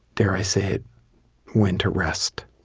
dare i say it when to rest